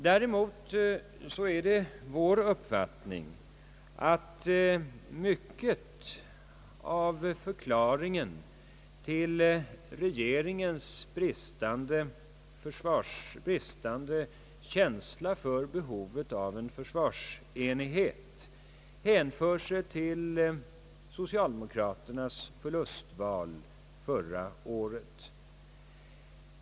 Det är vår uppfattning, att mycket av förklaringen till regeringens bristande känsla för behovet av försvarsenighet hänför sig till socialdemokraternas förlustval förra året.